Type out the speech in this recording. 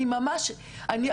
אני ממש ולא רק אני,